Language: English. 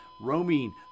roaming